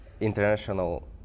International